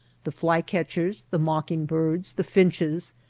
the fly-catchers, the mock ing-birds, the finches,